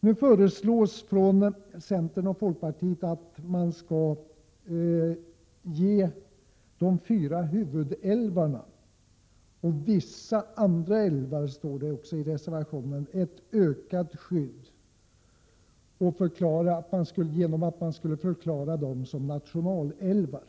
Nu föreslås från centerns och folkpartiets sida att de fyra huvudälvarna, och som det står i reservationen ”vissa andra älvar”, skall ges ett ökat skydd genom att man förklarar dem som nationalälvar.